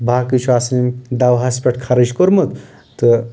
باقٕے چھُ آسان دوہس پٮ۪ٹھ خرٕچ کوٚرمُت تہٕ